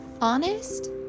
honest